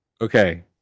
Okay